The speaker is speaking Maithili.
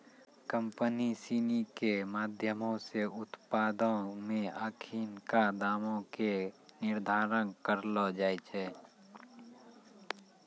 कंपनी सिनी के माधयमो से उत्पादो पे अखिनका दामो के निर्धारण करलो जाय छै